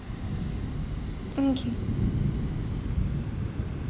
okay